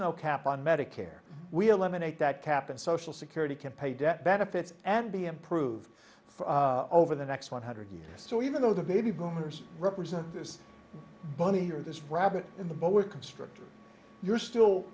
no cap on medicare we eliminate that cap and social security can pay debt benefits and be improved for over the next one hundred years story even though the baby boomers represent this bunny or this rabbit in the boa constrictor you're still